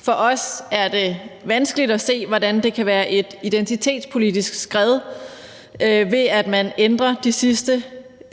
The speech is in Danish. For os er det vanskeligt at se, hvordan det kan være et identitetspolitik skred, at man ændrer de sidste